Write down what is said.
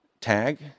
tag